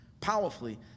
powerfully